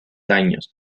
años